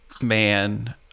Man